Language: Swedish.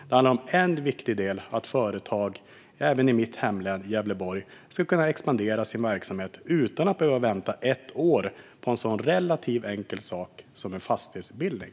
Det är en viktig del att företag även i mitt hemlän Gävleborg ska kunna expandera sin verksamhet utan att behöva vänta ett år på en sådan relativt enkel sak som en fastighetsbildning.